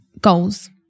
goals